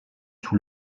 sous